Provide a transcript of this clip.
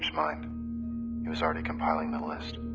mind he was already compiling the list.